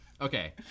Okay